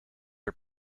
are